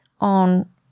on